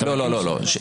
לא, לא, לא.